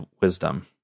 wisdom